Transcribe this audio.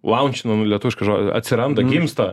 launčinamų lietuviškas žodis atsiranda gimsta